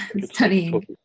studying